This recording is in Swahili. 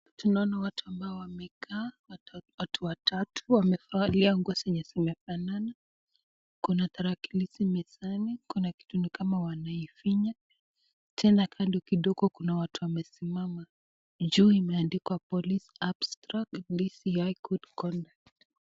Tunaona watu ambao wamekaa, watu watatu wamevalia nguo zenye zimefanana. Kuna tarakilishi mezani, kuna nikama wanaifunya. Tena kando kidogo huko kuna watu wamesimama. Juu imeandikwa police abstract DCI Good conduct .